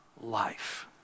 life